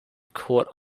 caught